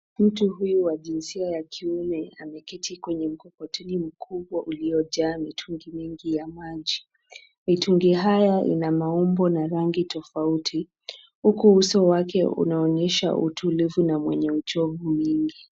Mtu huyu wa jinsia ya kiume ameketi kwenye mkokoteni mkubwa uliojaa mitungi mingi ya maji. Mitungi haya ina maumbo na rangi tofauti huku uso wake unaonyesha utulivu na mwenye uchovu mwingi.